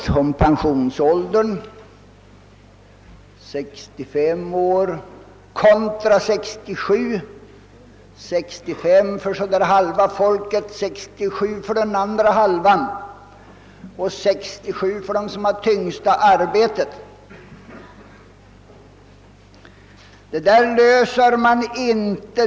För så där halva folket är pensionsåldern 65 år, och för den andra hälften, för dem som har det tyngsta arbetet, är den 67 år.